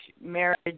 marriage